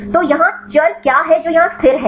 तो यहाँ चर क्या है जो यहाँ स्थिर है